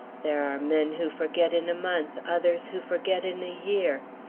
there are men who forget in a month, others who forget in a year.